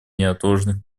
неотложных